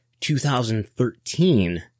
2013